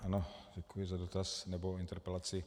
Ano, děkuji za dotaz nebo interpelaci.